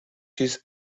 چیز